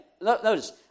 notice